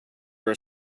are